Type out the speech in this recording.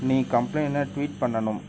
நீ complaint tweet பண்ணணும்